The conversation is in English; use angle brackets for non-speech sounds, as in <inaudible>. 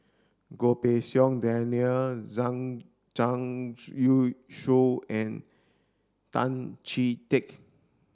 Goh Pei Siong Daniel <unintelligible> Zhang Youshuo and Tan Chee Teck